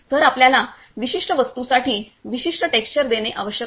तर आम्हाला विशिष्ट वस्तूसाठी विशिष्ट टेक्स्चर देणे आवश्यक आहे